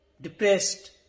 depressed